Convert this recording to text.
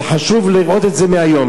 וחשוב לראות את זה מהיום.